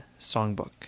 Songbook